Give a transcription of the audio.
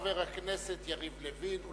חבר הכנסת יריב לוין,